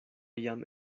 jam